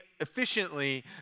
efficiently